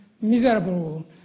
miserable